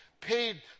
paid